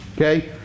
okay